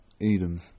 Eden